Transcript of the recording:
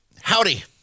Howdy